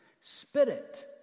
Spirit